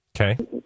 Okay